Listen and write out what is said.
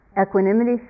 Equanimity